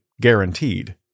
guaranteed